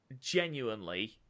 genuinely